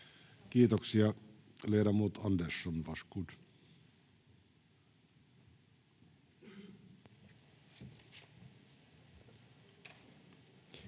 Kiitos.